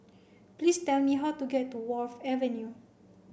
please tell me how to get to Wharf Avenue